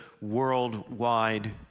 worldwide